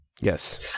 Yes